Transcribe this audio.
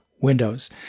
Windows